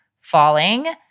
falling